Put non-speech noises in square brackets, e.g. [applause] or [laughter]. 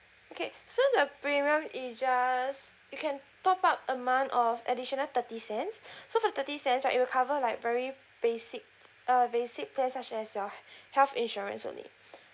okay so the premium is just you can top up a month of additional thirty cents [breath] so for the thirty cents right it will cover like very basic uh basic plan such as your health insurance only